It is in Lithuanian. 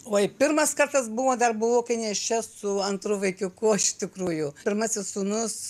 oi pirmas kartas buvo dar buvo kai nėščia su antru vaikiuku iš tikrųjų pirmasis sūnus